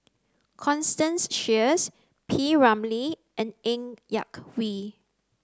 constance Sheares P Ramlee and Ng Yak Whee